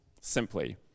simply